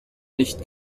nicht